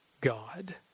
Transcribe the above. God